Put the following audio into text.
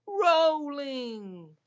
rolling